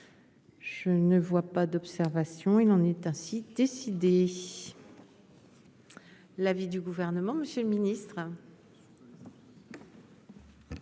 Je ne vois pas d'observation, il en est ainsi décidé. L'avis du gouvernement, Monsieur le Ministre.